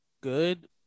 good